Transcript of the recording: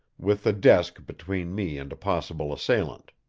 with the desk between me and a possible assailant.